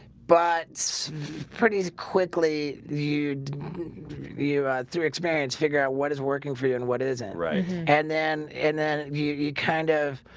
but pretty quickly you you through experience figure out. what is working for you, and what isn't right and then and then you you kind of